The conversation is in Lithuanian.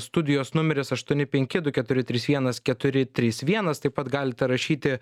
studijos numeris aštuoni penki du keturi trys vienas keturi trys vienas taip pat galite rašyti